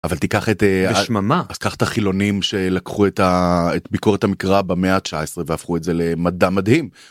אבל תיקח את... היה שממה. אז קח את החילונים שלקחו את הביקורת המקרא במאה ה-19 והפכו את זה למדע מדהים.